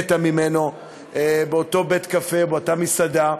היא מתה באותו בית-קפה, באותה מסעדה.